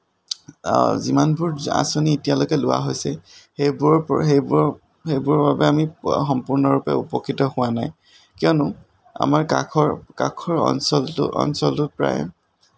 যিমানবোৰ আচনি এতিয়ালৈকে লোৱা হৈছে সেইবোৰ পৰা আমি সম্পূৰ্ণভাৱে উপকৃত হোৱা নাই কিয়নো আমাৰ কাষৰ অঞ্চলটোত প্ৰায়